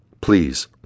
Please